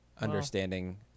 understanding